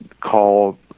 call